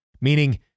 meaning